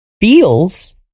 feels